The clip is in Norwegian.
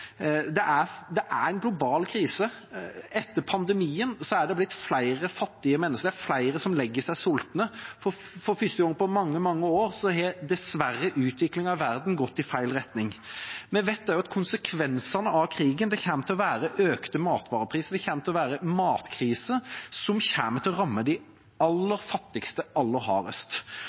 Det er en global krise. Etter pandemien er det blitt flere fattige mennesker, det er flere som legger seg sultne, og for første gang på mange, mange år har dessverre utviklingen i verden gått i feil retning. Vi vet også at konsekvensene av krigen kommer til å være økte matvarepriser, og det kommer til å være en matkrise som kommer til å ramme de aller fattigste aller hardest.